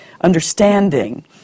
understanding